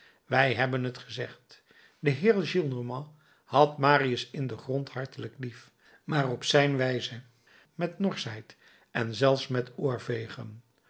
wij hebben het gezegd de heer gillenormand had marius in den grond hartelijk lief maar op zijn wijze met norschheid en zelfs met oorvegen